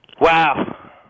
Wow